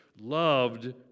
loved